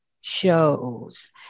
shows